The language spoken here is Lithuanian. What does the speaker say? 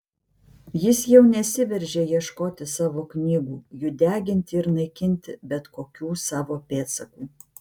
jis jau nesiveržė ieškoti savo knygų jų deginti ir naikinti bet kokių savo pėdsakų